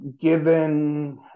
given